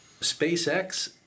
SpaceX